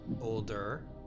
older